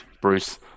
Bruce